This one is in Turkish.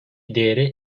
değeri